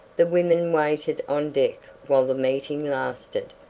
the women waited on deck while the meeting lasted.